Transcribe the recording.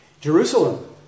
Jerusalem